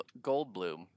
Goldblum